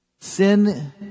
Sin